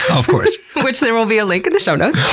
of course. which there will be a link in the show notes.